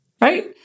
right